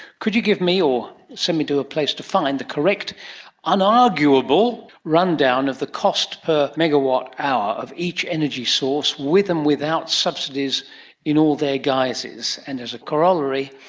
could you give me or send me to a place to find the correct unarguable rundown of the cost per megawatt hour of each energy source with and without subsidies in all their guises, and, as a corollary,